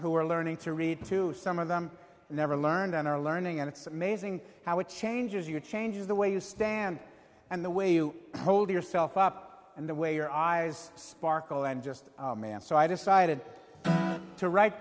who are learning to read to some of them never learned and are learning and it's amazing how it changes your changes the way you stand and the way you hold yourself up and the way your eyes sparkle and just man so i decided to write